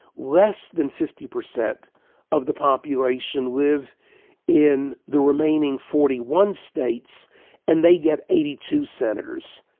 less than fifty percent of the population live in the remaining forty one states and they get eighty two senators.